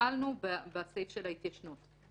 שהחלנו בסעיף של ההתיישנות.